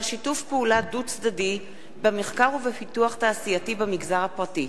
שיתוף פעולה דו-צדדי במחקר ופיתוח תעשייתי במגזר הפרטי,